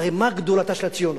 הרי מה גדולתה של הציונות?